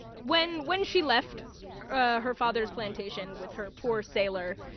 when when she left her father's plantation with her poor sailor,